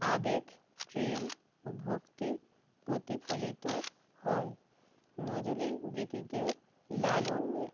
আবেগ প্রেম ও ভক্তি প্রতিফলিত হয় নজরুল গীতিতে লালনে